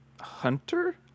hunter